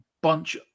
Bunch